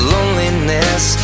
Loneliness